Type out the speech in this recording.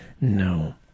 No